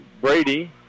Brady